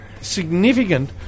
significant